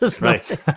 Right